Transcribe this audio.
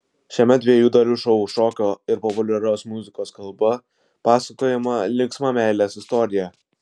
šiame dviejų dalių šou šokio ir populiarios muzikos kalba pasakojama linksma meilės istorija